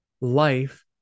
life